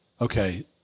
Okay